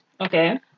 Okay